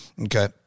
Okay